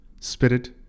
spirit